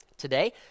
today